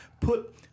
put